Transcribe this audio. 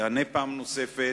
יענה פעם נוספת.